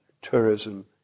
tourism